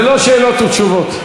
זה לא שאלות ותשובות.